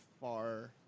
far